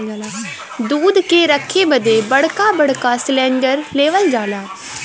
दूध के रखे बदे बड़का बड़का सिलेन्डर लेवल जाला